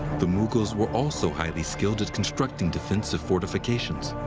the mughals were also highly skilled at constructing defensive fortifications,